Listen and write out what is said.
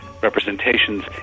representations